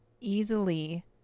easily